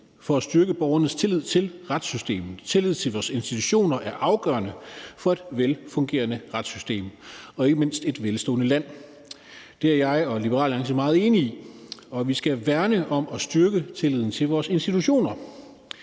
for at styrke borgernes tillid til retssystemet. Tillid til vores institutioner er afgørende for et velfungerende retssystem og ikke mindst et velstående land. Det er jeg og Liberal Alliance meget enig i. Vi skal værne om og styrke tilliden til vores institutioner.